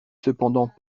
cependant